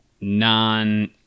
non